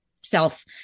self